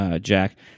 jack